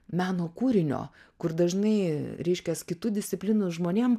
meno kūrinio kur dažnai reiškias kitų disciplinų žmonėm